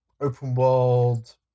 open-world